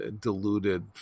deluded